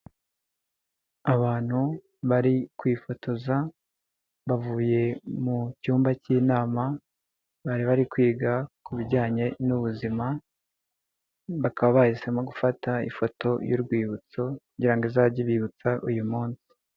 Abantu bari kwifotoza, bavuye mu cyumba cy'inama, bari bari kwiga ku bijyanye n'ubuzima, bakaba bahisemo gufata ifoto y'urwibutso kugira ngo izajye ibibutsa uyu munsi.